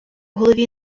голові